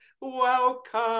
welcome